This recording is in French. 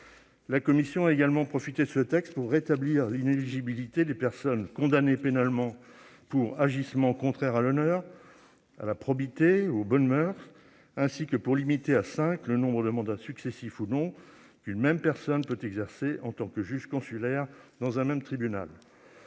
La commission a également profité de ce texte pour rétablir l'inéligibilité des personnes condamnées pénalement pour agissements contraires à l'honneur, à la probité ou aux bonnes moeurs, ainsi que pour limiter à cinq le nombre de mandats, successifs ou non, qu'une même personne peut exercer en tant que juge consulaire dans un même tribunal.